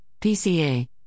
PCA